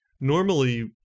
normally